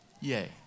Yay